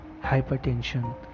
hypertension